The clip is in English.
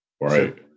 Right